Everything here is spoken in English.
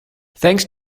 thanks